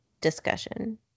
discussion